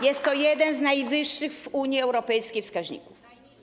Jest to jeden z najwyższych w Unii Europejskiej wskaźników.